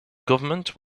government